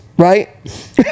Right